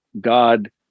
God